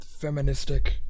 feministic